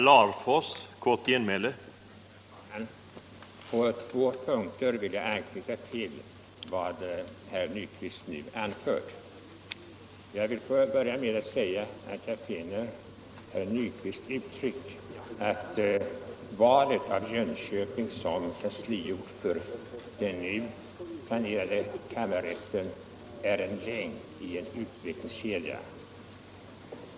Herr talman! På två punkter vill jag anknyta till vad herr Nyquist anförde. Jag vill börja med herr Nyquists uttryck att valet av Jönköping som kansliort för den nu planerade kammarrätten är en länk i en utvecklingskedja.